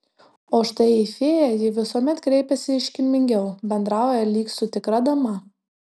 o štai į fėją ji visuomet kreipiasi iškilmingiau bendrauja lyg su tikra dama